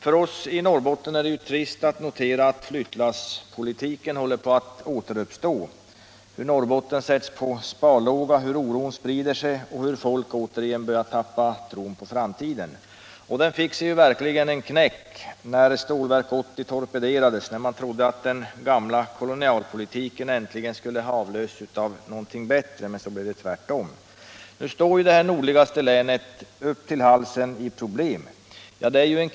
För oss i Norrbotten är det trist att notera att flyttlasspolitiken håller på att återuppstå, att Norrbotten sätts på sparlåga, att oron sprider sig och att folk återigen börjat tappa tron på framtiden. Den tron fick verkligen en knäck när Stålverk 80 torpederades. Man trodde att den gamla kolonialpolitiken äntligen hade avlösts av något bättre, men så blev det tvärtom. Nu står människorna i det nordligaste länet med problem upp till halsen.